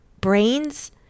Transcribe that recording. brains